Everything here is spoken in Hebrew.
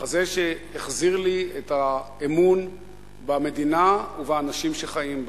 מחזה שהחזיר לי את האמון במדינה ובאנשים שחיים בה,